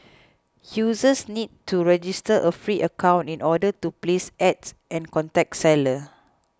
users need to register a free account in order to place Ads and contact seller